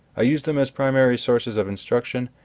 i use them as primary sources of instruction,